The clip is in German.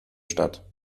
statt